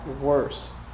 worse